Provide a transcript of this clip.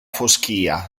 foschia